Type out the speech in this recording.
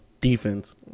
defense